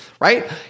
Right